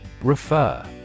Refer